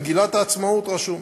במגילת העצמאות רשום,